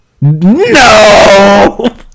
No